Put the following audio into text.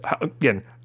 Again